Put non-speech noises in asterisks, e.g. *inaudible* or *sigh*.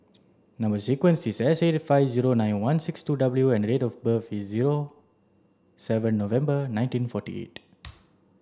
number sequence is S eight five zero nine one six two W and date of birth is seven November nineteen forty eight *noise*